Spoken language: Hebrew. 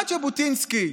מה ז'בוטינסקי,